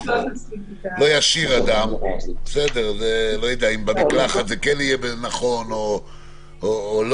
לא ישיר אדם לא יודע אם במקלחת זה יהיה נכון או לא.